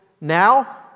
now